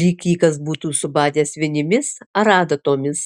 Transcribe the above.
lyg jį kas būtų subadęs vinimis ar adatomis